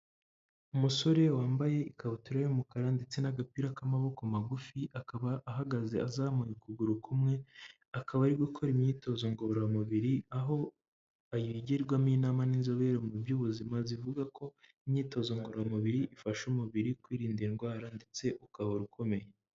Umusore wambaye ikabutura y'umukara ndetse n'agapira k'amaboko magufi, akaba ahagaze azamuye ukuguru kumwe, akaba ari gukora imyitozo ngororamubiri aho ayigirwamo inama n'inzobere mu by'ubuzima, zivuga ko imyitozo ngororamubiri ifasha umubiri kwirinda indwara ndetse ugahora ukomeye.